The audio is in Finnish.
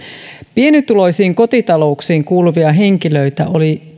pienituloisiin kotitalouksiin kuuluvia henkilöitä oli